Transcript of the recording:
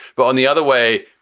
but on the other way,